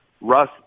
Russ